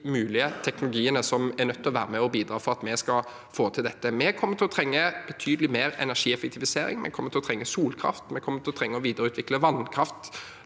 de mulige teknologiene som er nødt til å være med og bidra for at vi skal få til dette. Vi kommer til å trenge betydelig mer energieffektivisering, vi kommer